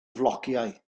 flociau